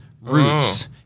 roots